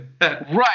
Right